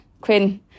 Quinn